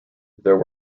there